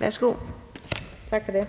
(DD): Tak for det.